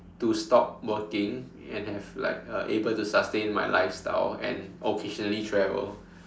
to stop working and have like uh able to sustain my lifestyle and occasionally travel